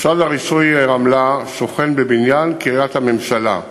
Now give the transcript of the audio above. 1 2. משרד הרישוי רמלה שוכן בבניין קריית הממשלה,